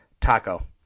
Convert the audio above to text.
taco